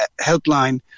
helpline